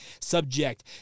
subject